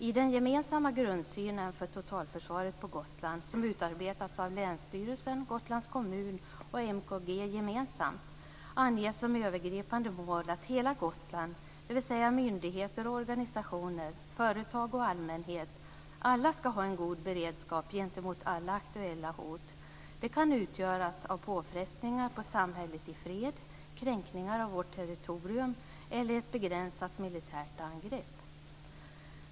I den gemensamma grundsynen för totalförsvaret på Gotland - som utarbetats av länsstyrelsen, Gotlands kommun och MKG gemensamt - anges som övergripande mål att hela Gotland, dvs. myndigheter, organisationer, företag och allmänhet, ska ha en god beredskap för alla aktuella hot. De kan utgöras av påfrestningar på samhället i fred, kränkningar av vårt territorium eller ett begränsat militärt angrepp.